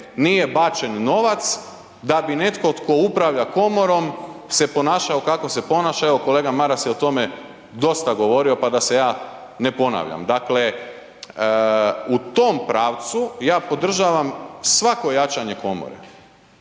nije bačen novac da bi netko tko upravlja komorom se ponašao kako se ponaša, evo kolega Maras je o tome dosta govorio pa da se ja ne ponavljam. Dakle, u tom pravcu ja podržavam svako jačanje komore